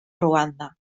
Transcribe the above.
ruanda